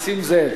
נסים זאב.